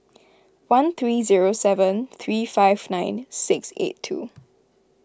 one three zero seven three five nine six eight two